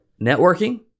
networking